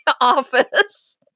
office